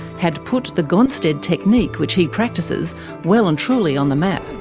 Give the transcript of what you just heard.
had put the gonstead technique which he practices well and truly on the map.